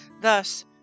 Thus